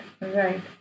right